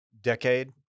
decade